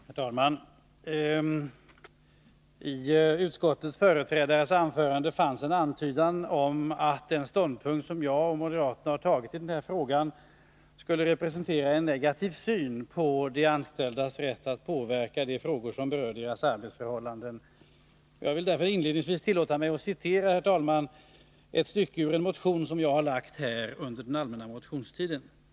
Herr talman! I utskottets företrädares anförande fanns en antydan om att den ståndpunkt som jag och moderaterna har tagit i den här frågan skulle representera en negativ syn på de anställdas rätt att påverka de frågor som berör deras arbetsförhållanden. Jag vill därför inledningsvis, herr talman, tillåta mig att citera ett stycke ur motion 1982/83:182 som jag har väckt under den allmänna motionstiden.